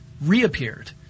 reappeared